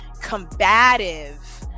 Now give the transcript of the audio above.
combative